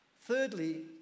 Thirdly